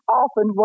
often